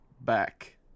back